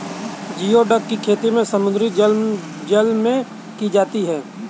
geoduck की खेती समुद्री जल में की जाती है